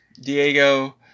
Diego